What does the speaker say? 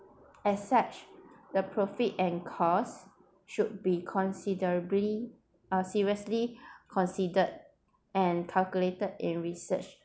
as such the profit and costs should be considerably are seriously considered and calculated in researched